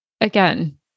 again